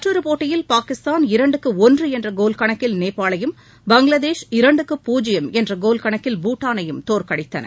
மற்றொரு போட்டியில் பாகிஸ்தான் இரண்டுக்கு ஒன்று என்ற கோல் கணக்கில் நேபாளையும் பங்களாதேஷ் இரண்டுக்கு பூஜ்யம் என்ற கோல் கணக்கில் பூட்டானையும் தோற்கடித்தன